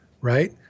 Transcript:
right